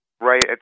right